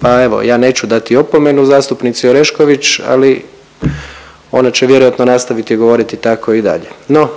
pa evo ja neću dati opomenu zastupnici Orešković. Ali ona će vjerojatno nastaviti govoriti tako i dalje. No,